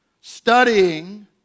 studying